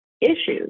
issues